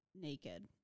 naked